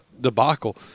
debacle